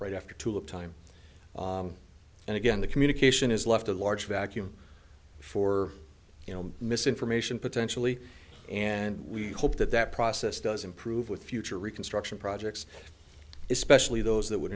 right after to have time and again the communication has left a large vacuum for you know misinformation potentially and we hope that that process does improve with future reconstruction projects especially those that would